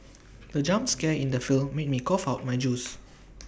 the jump scare in the film made me cough out my juice